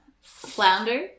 Flounder